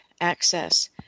access